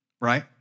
right